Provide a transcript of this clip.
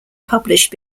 published